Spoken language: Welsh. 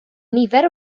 nifer